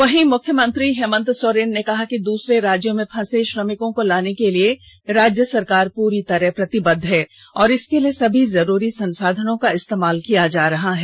वहीं मुख्यमंत्री हेमंत सोरेन ने कहा कि दूसरे राज्यों में फंसे श्रमिकों को लाने के लिए राज्य सरकार पूरी तरह प्रतिबद्व है और इसके लिए समी जरूरी संसाधनों का इस्तेमाल किया जा रहा है